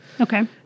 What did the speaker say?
Okay